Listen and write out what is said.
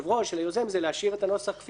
של היוזם היא להשאיר את הנוסח כפי שהוא,